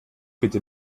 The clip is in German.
bitte